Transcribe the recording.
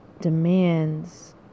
demands